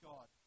God